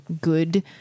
good